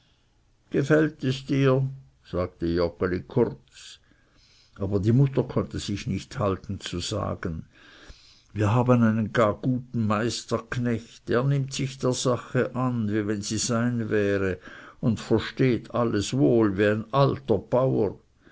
gefällt es dir sagte joggeli kurz aber die mutter konnte sich nicht enthalten zu sagen wir haben einen gar guten meisterknecht der nimmt sich der sache an wie wenn sie sein wäre und versteht alles wohl wie ein alter bauer